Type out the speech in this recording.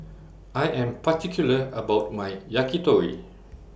I Am particular about My Yakitori